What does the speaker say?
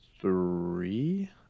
Three